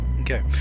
Okay